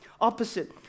opposite